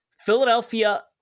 Philadelphia